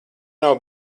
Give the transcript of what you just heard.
nav